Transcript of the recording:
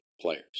players